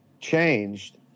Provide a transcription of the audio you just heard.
changed